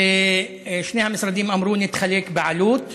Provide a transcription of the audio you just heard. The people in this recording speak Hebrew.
ושני המשרדים אמרו, נתחלק בעלות,